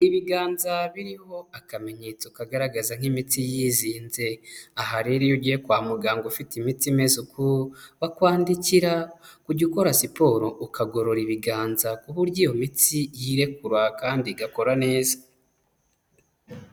Ibiganza biriho akamenyetso kagaragaza nk'imitsi yizinze, aha rero iyo ugiye kwa muganga ufite imitsi imeze uko bakwandikira kujya ukora siporo ukagorora ibiganza ku buryo iyo mitsi yirekura kandi igakora neza.